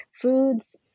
foods